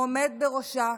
העומד בראשה,